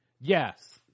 Yes